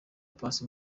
paccy